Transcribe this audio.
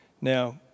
Now